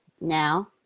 Now